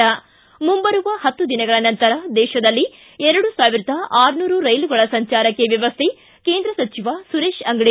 ಿ ಮುಂಬರುವ ಹತ್ತು ದಿನಗಳ ನಂತರ ದೇಶದಲ್ಲಿ ಎರಡು ಸಾವಿರದ ಆರು ನೂರು ರೈಲುಗಳ ಸಂಚಾರಕ್ಕೆ ವ್ಯವಸ್ಥೆ ಕೇಂದ್ರ ಸಚಿವ ಸುರೇಶ ಅಂಗಡಿ